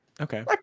Okay